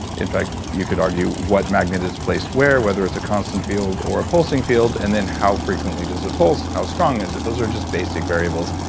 in fact you could argue what magnet is placed where whether it's a constant field or a pulsing field and then how frequently does it pulse? how strong is it? those are just basic variables.